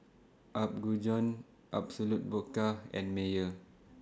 Apgujeong Absolut Vodka and Mayer